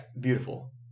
beautiful